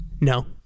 no